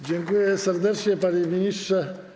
Dziękuję serdecznie, panie ministrze.